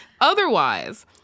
Otherwise